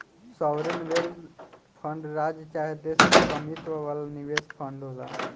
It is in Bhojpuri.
सॉवरेन वेल्थ फंड राज्य चाहे देश के स्वामित्व वाला निवेश फंड होला